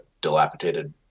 dilapidated